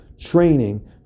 training